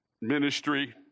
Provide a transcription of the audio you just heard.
Ministry